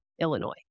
Illinois